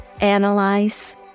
analyze